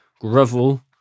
Gravel